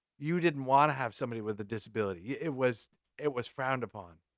you didn't want to have somebody with a disability. it was it was frowned upon.